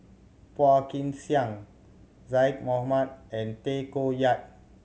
Phua Kin Siang Zaqy Mohamad and Tay Koh Yat